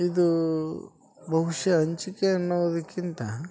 ಇದು ಬಹುಶಃ ಹಂಚಿಕೆ ಅನ್ನೋದಕ್ಕಿಂತ